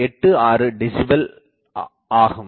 86 decibel ஆகும்